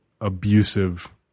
abusive